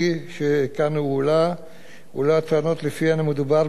הועלו הטענות שמדובר בחשד לכאורה להפרת